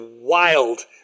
wild